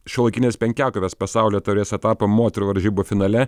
šiuolaikinės penkiakovės pasaulio taurės etapo moterų varžybų finale